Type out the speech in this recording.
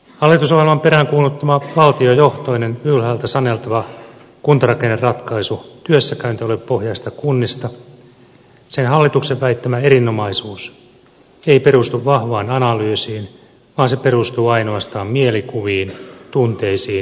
hallitusohjelman peräänkuuluttama valtiojohtoinen ylhäältä saneltava kuntarakenneratkaisu työssäkäyntialuepohjaisista kunnista sen hallituksen väittämä erinomaisuus ei perustu vahvaan analyysiin vaan ainoastaan mielikuviin tunteisiin ja väittämiin